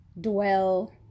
dwell